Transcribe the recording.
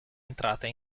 entrata